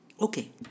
Okay